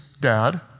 dad